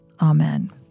Amen